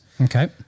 Okay